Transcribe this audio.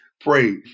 pray